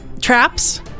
traps